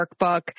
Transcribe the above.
workbook